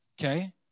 Okay